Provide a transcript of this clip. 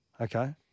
Okay